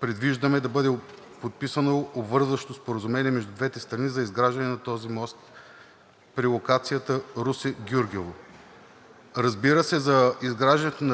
Предвиждаме да бъде подписано обвързващо споразумение между двете страни за изграждане на този мост при локацията Русе – Гюргево. Разбира се, за изграждането